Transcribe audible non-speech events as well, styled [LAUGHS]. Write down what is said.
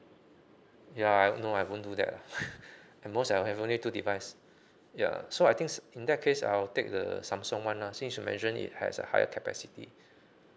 ya I've no I won't do that lah [LAUGHS] I most I have only two device ya so I thinks in that case I'll take the Samsung [one] ah since you mentioned it has a higher capacity